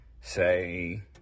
say